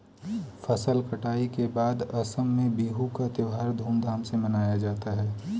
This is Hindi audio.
फसल कटाई के बाद असम में बिहू का त्योहार धूमधाम से मनाया जाता है